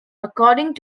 according